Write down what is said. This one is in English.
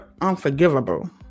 unforgivable